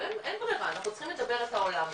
אבל אין ברירה, אנחנו צריכים לדבר את העולם.